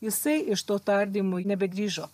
jisai iš to tardymui nebegrįžo